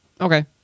okay